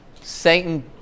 Satan